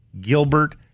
Gilbert